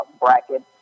bracket